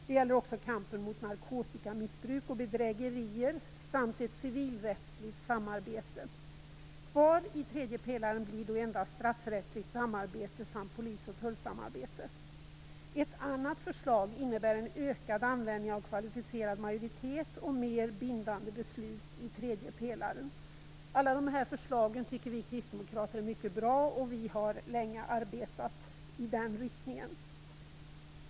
Det gäller också kampen mot narkotikamissbruk och bedrägerier samt ett civilrättsligt samarbete. Kvar i tredje pelaren blir då endast straffrättsligt samarbete samt polis och tullsamarbete. Ett annat förslag innebär en ökad användning av kvalificerad majoritet och mer bindande beslut i tredje pelaren. Alla de här förslagen tycker vi kristdemokrater är mycket bra. Vi har länge arbetat i den riktningen.